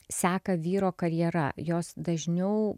seka vyro karjera jos dažniau